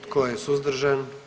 Tko je suzdržan?